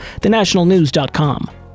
thenationalnews.com